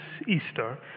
Easter